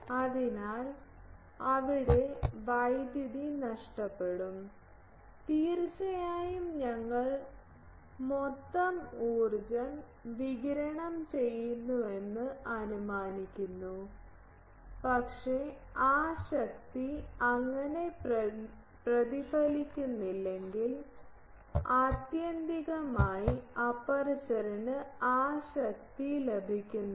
അതിനാൽ അവിടെ വൈദ്യുതി നഷ്ടപ്പെടും തീർച്ചയായും ഞങ്ങൾ മൊത്തം ഊർജ്ജം വികിരണം ചെയ്യുന്നുവെന്ന് അനുമാനിക്കുന്നു പക്ഷേ ആ ശക്തി അങ്ങനെ പ്രതിഫലിക്കുന്നില്ലെങ്കിൽ ആത്യന്തികമായി അപ്പർച്ചറിന് ആ ശക്തി ലഭിക്കുന്നില്ല